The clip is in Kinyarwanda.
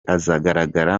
azagaragara